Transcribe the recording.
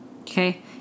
Okay